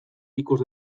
ikus